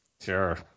Sure